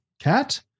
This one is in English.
cat